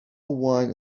wine